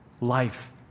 life